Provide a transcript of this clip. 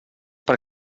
per